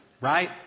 Right